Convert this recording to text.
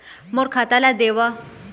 मोर खाता ला देवाव?